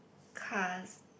cars